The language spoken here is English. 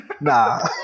Nah